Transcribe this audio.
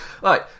Right